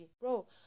bro